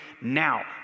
now